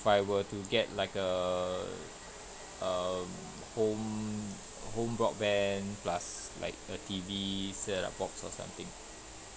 I were to get like a a home home broadband plus like a T_V setup box or something